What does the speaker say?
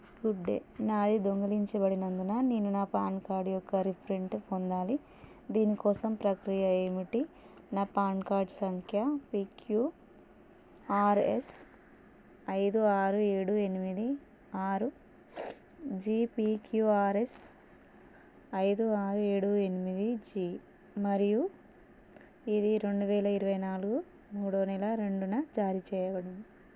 good day నాది దొంగిలించబడినందున నేను నా పాన్ కార్డ్ యొక్క రీప్రింట్ పొందాలి దీని కోసం ప్రక్రియ ఏమిటి నా పాన్ కార్డ్ సంఖ్య పీక్యుఆర్ఎస్ ఐదు ఆరు ఏడు ఎనిమిది ఆరు జీ పీక్యుఆర్ఎస్ ఐదు ఆరు ఏడు ఎనిమిది జీ ఆరు మరియు ఇది రెండు వేల ఇరవై నాలుగు మూడో నెల రెండున జారీ చేయబడింది